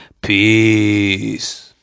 peace